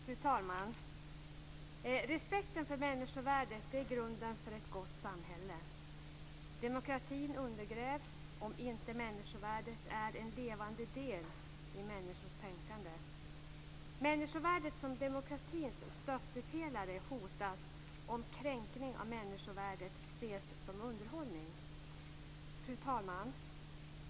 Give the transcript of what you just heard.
Fru talman! Respekten för människovärdet är grunden för ett gott samhälle. Demokratin undergrävs om inte människovärdet är en levande del i människors tänkande. Människovärdet som demokratins stöttepelare hotas om kränkning av människovärdet ses som underhållning. Fru talman!